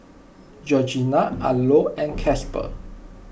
Georgina Arlo and Casper